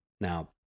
Now